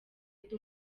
ndi